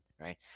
right